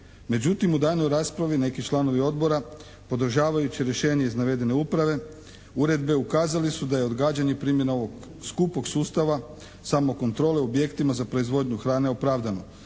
Međutim, u daljnjoj raspravi neki članovi Odbor podržavaju rješenje iz navedene uprave, uredbe, ukazali da je odgađanje primjene ovog skupog sustava samokontrole u objektima za proizvodnju hrane opravdano.